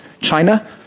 China